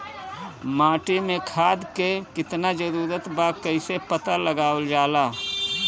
माटी मे खाद के कितना जरूरत बा कइसे पता लगावल जाला?